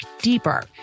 deeper